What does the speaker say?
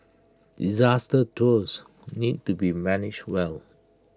disaster tours need to be managed well